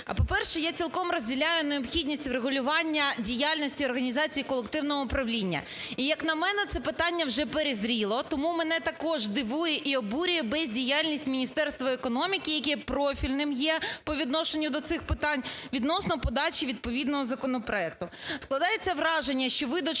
По-перше, я цілком розділяю необхідність врегулювання діяльності організації колективного управління. І, як на мене, це питання вже перезріло, тому мене також дивує і оборює бездіяльність Міністерства економіки, яке профільним є по відношенню до цих питань, відносно подачі відповідного законопроекту. Складається враження, що ви дочекалися